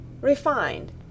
Refined